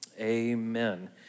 Amen